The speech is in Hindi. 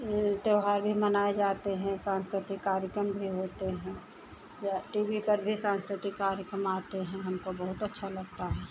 यह त्योहार भी मनाए जाते हैं साँस्कृतिक कार्यक्रम भी होते हैं या टी वी पर भी साँस्कृतिक कार्यक्रम आते हैं हमको बहुत अच्छा लगता है